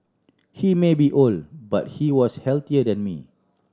he may be old but he was healthier than me